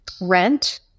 rent